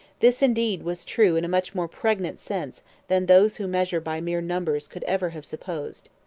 this, indeed, was true in a much more pregnant sense than those who measure by mere numbers could ever have supposed.